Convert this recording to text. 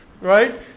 right